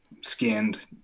skinned